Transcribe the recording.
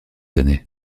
années